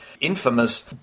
infamous